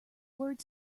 word